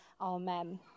Amen